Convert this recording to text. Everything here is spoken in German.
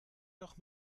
doch